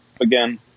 again